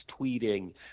tweeting